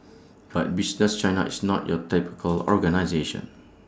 but business China is not your typical organisation